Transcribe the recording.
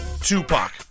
Tupac